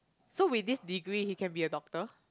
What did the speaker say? so with this degree he can be a doctor